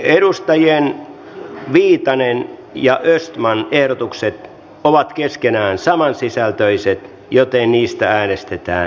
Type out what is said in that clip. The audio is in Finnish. edustajien viitanen ja östman ehdotukset ovat keskenään samansisältöiset joten niistä äänestetään yhdessä